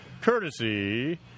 courtesy